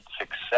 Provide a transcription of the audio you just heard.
success